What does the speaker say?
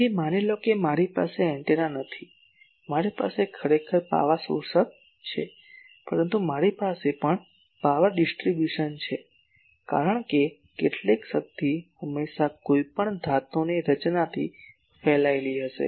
તેથી માની લો કે મારી પાસે એન્ટેના નથી મારી પાસે ખરેખર પાવર શોષક છે પરંતુ મારી પાસે પણ પાવર ડિસ્ટ્રિબ્યુશન છે કારણ કે કેટલીક શક્તિ હંમેશાં કોઈપણ ધાતુની રચનાથી ફેલાયેલી રહેશે